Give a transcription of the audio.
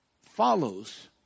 follows